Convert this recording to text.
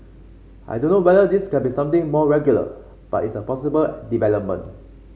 I don't know whether this can be something more regular but it's a possible development